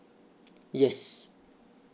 yes